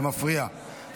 זה מפריע.